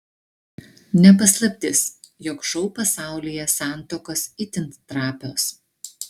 ne paslaptis jog šou pasaulyje santuokos itin trapios